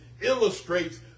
illustrates